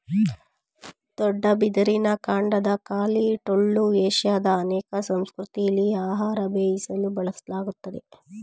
ದೊಡ್ಡ ಬಿದಿರಿನ ಕಾಂಡದ ಖಾಲಿ ಟೊಳ್ಳು ಏಷ್ಯಾದ ಅನೇಕ ಸಂಸ್ಕೃತಿಲಿ ಆಹಾರ ಬೇಯಿಸಲು ಬಳಸಲಾಗ್ತದೆ